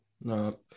No